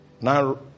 Now